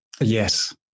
Yes